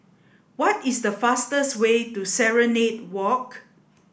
what is the fastest way to Serenade Walk